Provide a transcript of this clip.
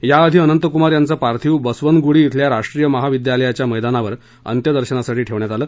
याआधी अनंतकुमार यांचं पार्थिव बसवनगुडी शिल्या राष्ट्रीय महाविद्यालयाच्या मैदानावर अंत्यदर्शनासाठी ठेवण्यात आलं